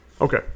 Okay